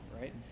right